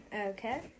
Okay